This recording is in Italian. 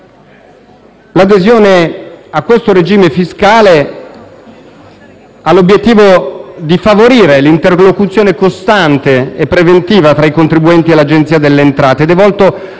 L'adesione a tale regime fiscale ha l'obiettivo di favorire l'interlocuzione costante e preventiva tra i contribuenti e l'Agenzia delle entrate ed è volta